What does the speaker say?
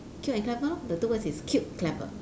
cute and clever lor the two words is cute clever